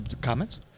Comments